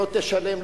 לא תשלם,